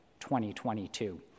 2022